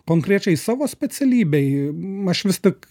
konkrečiai savo specialybėj maž vis tik